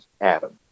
Adam